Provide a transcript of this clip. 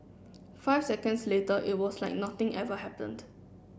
five seconds later it was like nothing ever happened